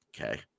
okay